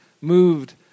moved